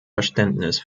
verständnis